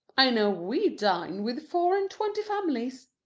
i know we dine with four-and-twenty families.